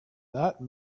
that